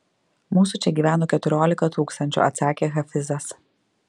mūsų čia gyveno keturiolika tūkstančių atsakė hafizas